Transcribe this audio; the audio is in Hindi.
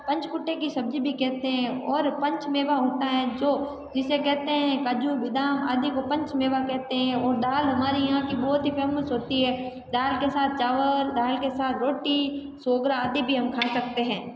पंचकूटे की सब्जी भी कहते हैं और पंचमेवा होता है जो जिसे कहते हैं काजू बदाम आदि को पंचमेवा कहते हैं और दाल हमारे यहाँ की बहुत ही फेमस होती है दाल के साथ चावल दाल के साथ रोटी सोगरा आदि भी हम खा सकते हैं